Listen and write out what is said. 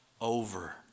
over